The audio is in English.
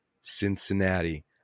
Cincinnati